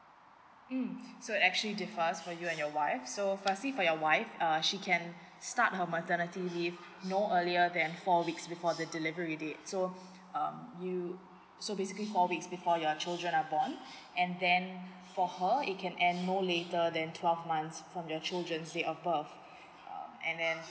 mm so actually differs for you anf your wife so fiirsty for your wife uh she can start her maternity leave no earlier than four weeks before the delivery date so um you so basically four weeks before your children are born and then for her it can and no later than twelve months from your children date of birth um and then